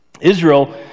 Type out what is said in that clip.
Israel